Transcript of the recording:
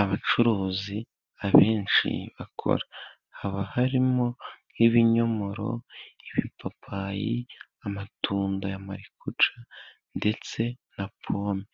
abacuruzi abenshi bakora haba harimo nk'ibinyomoro, ibipapayi, amatunda ya marikuca ndetse na pome.